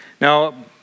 Now